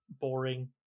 boring